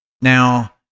Now